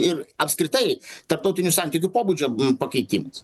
ir apskritai tarptautinių santykių pobūdžio pakeitimas